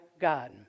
God